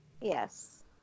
Yes